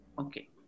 okay